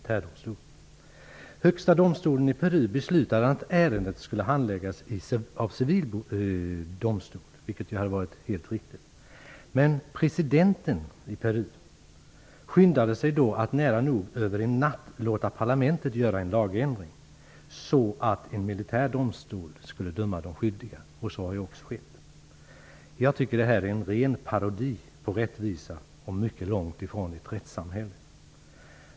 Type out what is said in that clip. Högsta domstolen i Peru beslutade att ärendet skulle handläggas av en civil domstol, vilket hade varit helt riktigt. Men presidenten i Peru skyndade sig att nära nog över en natt låta parlamentet åstadkomma en lagändring, så att en militärdomstol skulle döma de skyldiga. Så har också skett. Det här är en ren parodi på rättvisa, och det är mycket långt ifrån ett rättssamhälle.